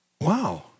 Wow